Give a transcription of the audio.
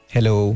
Hello